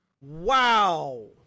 Wow